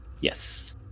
Yes